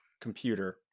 computer